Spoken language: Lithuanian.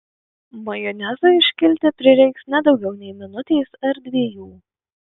majonezui iškilti prireiks ne daugiau nei minutės ar dviejų